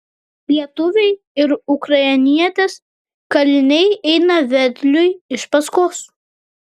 lietuviai ir ukrainietis kaliniai eina vedliui iš paskos